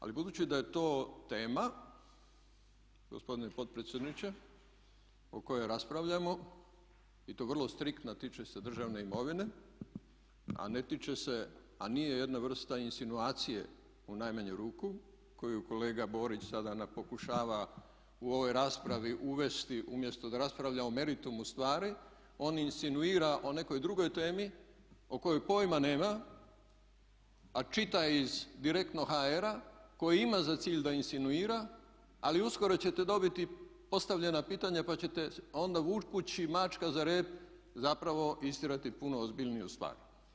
Ali budući da je to tema gospodine potpredsjedniče o kojoj raspravljamo i to vrlo striktna, tiče se državne imovine a ne tiče se a nije jedna vrsta insinuacije u najmanju ruku koju kolega Borić sada pokušava u ovoj raspravi uvesti umjesto da raspravlja o meritumu stvari on insinuira o nekoj drugoj temi o kojoj pojma nema a čita iz direktno.hr koji ima za cilj da insinuira ali uskoro ćete dobiti postavljena pitanja pa ćete onda vukući mačka za rep zapravo istjerati puno ozbiljniju stvar.